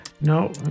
No